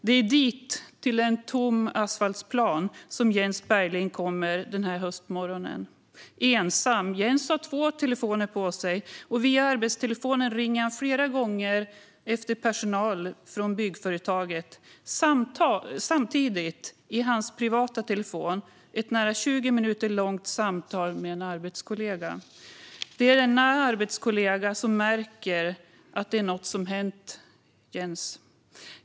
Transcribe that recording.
Det är dit, till en tom asfaltsplan, som Jens Berglind kommer den höstmorgonen - ensam. Jens har två telefoner på sig. Via arbetstelefonen ringer han flera gånger efter personal från byggföretaget. Samtidigt pågår i hans privata telefon ett nära 20 minuter långt samtal med en arbetskollega. Det är denna arbetskollega som märker att det händer Jens något.